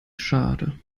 schade